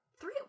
Three-